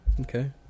Okay